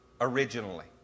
originally